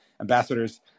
ambassadors